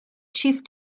chief